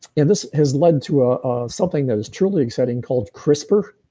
and this has led to a, of something that is truly exciting called crispr.